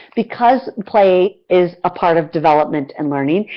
because play is a part of development and learning,